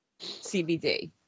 CBD